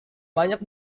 banyak